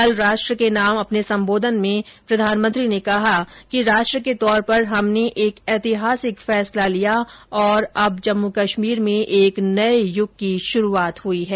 कल राष्ट्र को संबोधित करते हुए उन्होंने कहा कि राष्ट्र के तौर पर हमने एक ऐतिहासिक फैसला लिया और अब जम्मू कश्मीर में एक नये युग की शुरूआत हुई है